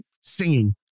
singing